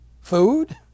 food